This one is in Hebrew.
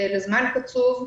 לזמן קצוב,